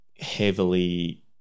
heavily